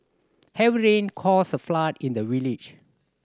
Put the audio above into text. heavy rain caused a flood in the village